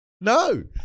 no